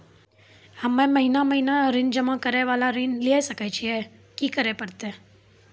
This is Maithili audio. हम्मे महीना महीना ऋण जमा करे वाला ऋण लिये सकय छियै, की करे परतै?